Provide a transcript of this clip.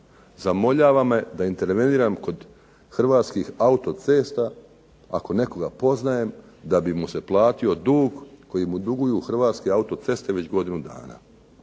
zamoljava me da interveniram kod Hrvatskih autocesta, ako nekoga poznajem da bi mu se platio dug koji mu duguju Hrvatske autoceste već godinu dana.